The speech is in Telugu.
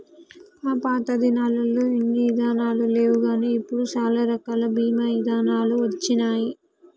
మా పాతదినాలల్లో ఇన్ని ఇదానాలు లేవుగాని ఇప్పుడు సాలా రకాల బీమా ఇదానాలు వచ్చినాయి